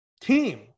team